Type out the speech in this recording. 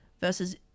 versus